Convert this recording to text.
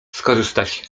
skorzystać